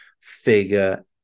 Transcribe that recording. figure